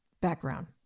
background